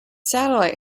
satellite